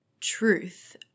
truth